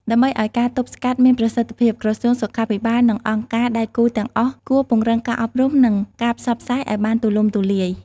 ដើម្បីឲ្យការទប់ស្កាត់មានប្រសិទ្ធភាព ក្រសួងសុខាភិបាល និងអង្គការដៃគូទាំងអស់គួរពង្រឹងការអប់រំ និងការផ្សព្វផ្សាយឲ្យបានទូលំទូលាយ។